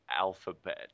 alphabet